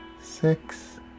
six